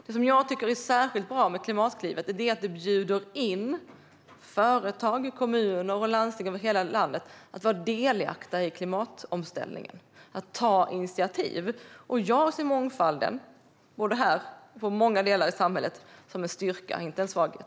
Vad jag tycker är särskilt bra med Klimatklivet är att det bjuder in företag, kommuner och landsting över hela landet att vara delaktiga i klimatomställningen och ta initiativ. Jag ser mångfalden, både här och i många delar i samhället, som en styrka och inte en svaghet.